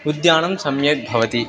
उद्यानं सम्यक् भवति